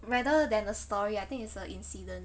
rather than a story I think it's a incident